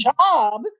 job